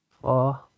Four